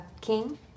king